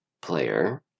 player